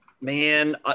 man